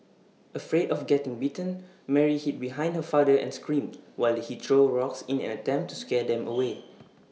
afraid of getting bitten Mary hid behind her father and screamed while he threw rocks in an attempt to scare them away